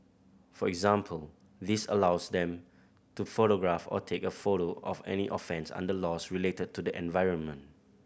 for example this allows them to photograph or take a photo of any offence under laws related to the environment